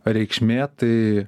reikšmė tai